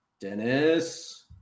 Dennis